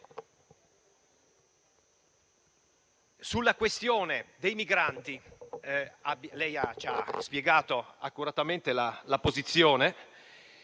Sulla questione dei migranti, ha già spiegato accuratamente la posizione: